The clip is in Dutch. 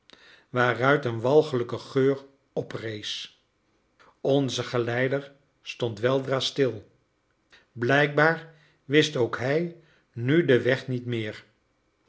waaruit een walgelijke geur oprees onze geleider stond weldra stil blijkbaar wist ook hij nu den weg niet meer